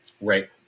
Right